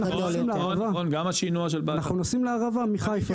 אנחנו נוסעים לערבה מחיפה.